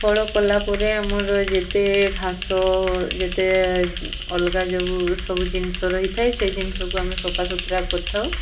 ଫଳ କଲା ପରେ ଆମର ଯେତେ ଘାସ ଯେତେ ଅଲଗା ଯେଉଁ ସବୁ ଜିନିଷ ରହିଥାଏ ସେଇ ଜିନିଷକୁ ଆମେ ସଫାସୁତୁରା କରିଥାଉ